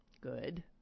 Good